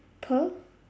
per